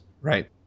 Right